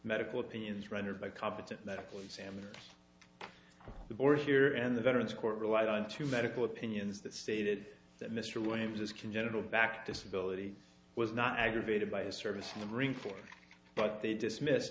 medical opinions rendered by competent medical examiner the board here and the veterans court relied on two medical opinions that stated that mr williams has congenital back disability was not aggravated by his service in the marine corps but they dismissed